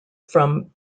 from